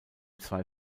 zwei